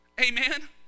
amen